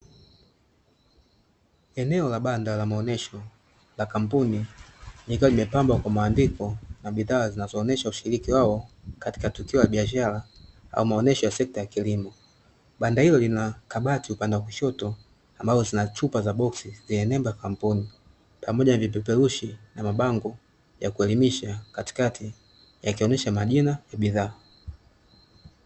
Eneo la Banda la kampuni likiwa limepambwa kwa maandiko na bidhaa zinazoonyesha ushiriki wao katika tukuo la biashara au sekta ya kilimo, Banda hilo lina kabati upande wa kushoto ambalo zina chupa za boksi zenye nembo ya kampuni. Pamoja na na vipeperushi na mabango ya kuelimisha katikati yakioonyeesha majina ya bidhaa.